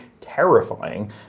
terrifying